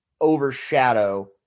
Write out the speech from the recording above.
overshadow